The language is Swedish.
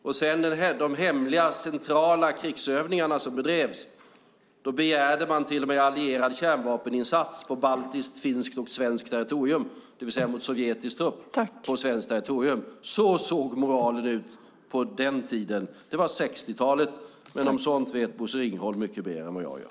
Vid de hemliga centrala krigsövningarna som bedrevs begärde man till och med en allierad kärnvapeninsats på baltiskt, finskt och svenskt territorium, det vill säga mot sovjetisk trupp på svenskt territorium. Så såg moralen ut på den tiden. Det var 60-talet. Om sådant vet Bosse Ringholm mycket mer än vad jag gör.